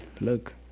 look